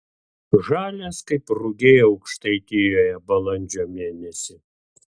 žalias kaip rugiai aukštaitijoje balandžio mėnesį